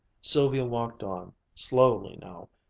sylvia walked on, slowly now,